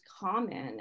common